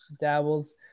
Dabbles